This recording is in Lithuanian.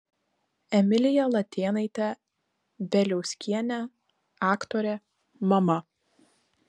emilija latėnaitė bieliauskienė aktorė mama